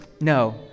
No